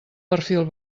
perfil